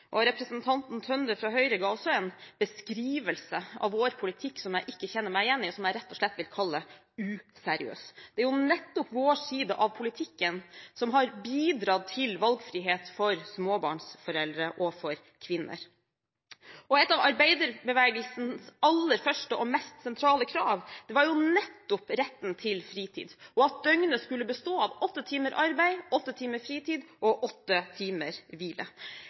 og representanten Tønder fra Høyre ga også en beskrivelse av vår politikk som jeg ikke kjenner meg igjen i, og som jeg rett og slett vil kalle useriøs. Det er jo nettopp vår side av politikken som har bidratt til valgfrihet for småbarnsforeldre og for kvinner. Og et av arbeiderbevegelsens aller første og mest sentrale krav var nettopp retten til fritid og til at døgnet skulle bestå av åtte timer arbeid, åtte timer fritid og åtte timer hvile.